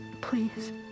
Please